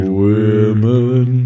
women